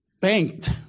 banked